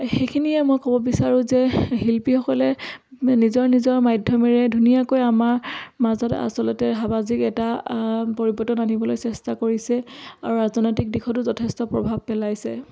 সেইখিনিয়ে মই ক'ব বিচাৰোঁ যে শিল্পীসকলে নিজৰ নিজৰ মাধ্যমেৰে ধুনীয়াকৈ আমাৰ মাজত আচলতে সামাজিক এটা পৰিৱৰ্তন আনিবলৈ চেষ্টা কৰিছে আৰু ৰাজনৈতিক দিশতো যথেষ্ট প্ৰভাৱ পেলাইছে